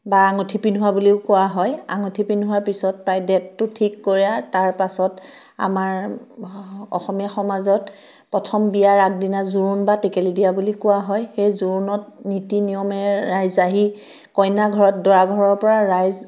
বা আঙুঠি পিন্ধোৱা বুলিও কোৱা হয় আঙুঠি পিন্ধোৱাৰ পিছত তাই ডেটটো ঠিক কৰা তাৰপাছত আমাৰ অসমীয়া সমাজত প্ৰথম বিয়াৰ আগদিনা জোৰোণ বা টেকেলী দিয়া বুলি কোৱা হয় সেই জোৰোণত নীতি নিয়মেৰে ৰাইজ আহি কইনাঘৰত দৰা ঘৰৰ পৰা ৰাইজ